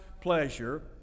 pleasure